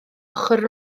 ochr